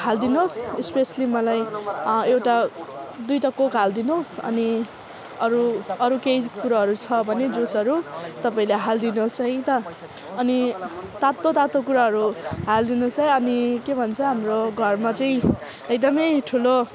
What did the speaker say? हालिदिनोस् specially मलाई एउटा दुइटा कोक हालिदिनोस् अनि अरू केही कुरोहरू छ भने जुसहरू तपाईँले हालिदिनुहोस् है त अनि तातो तातो कुराहरू हासिदिनोस् है अनि के भन्छ हाम्रो घरमा चाहिँ एकदमै ठुलो